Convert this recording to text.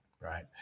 right